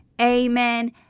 Amen